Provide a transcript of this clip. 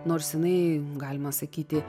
nors jinai galima sakyti